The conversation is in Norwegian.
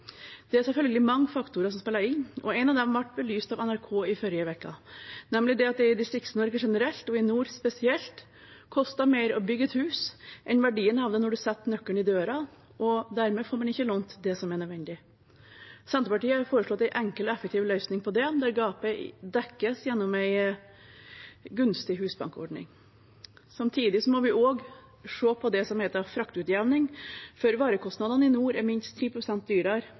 Det er selvfølgelig mange faktorer som spiller inn, og en av dem ble belyst av NRK i forrige uke, nemlig at det i Distrikts-Norge generelt, og i nord spesielt, koster mer å bygge et hus enn verdien av det når man setter nøkkelen i døren. Dermed får man ikke lånt det som er nødvendig. Senterpartiet har foreslått en enkel og effektiv løsning på det, der gapet dekkes gjennom en gunstig Husbank-ordning. Samtidig må vi også se på det som heter fraktutjevning, for varekostnadene i nord er minst 10 pst. dyrere